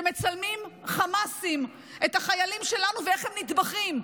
שמצלמים חמאסים את החיילים שלנו ואיך הם נטבחים.